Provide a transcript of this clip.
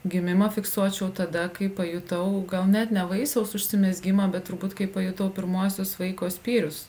gimimą fiksuočiau tada kai pajutau gal net ne vaisiaus užsimezgimą bet turbūt kai pajutau pirmuosius vaiko spyrius